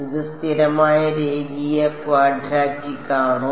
ഇത് സ്ഥിരമായ രേഖീയ ക്വാഡ്രാറ്റിക് ആണോ